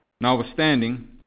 Notwithstanding